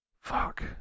Fuck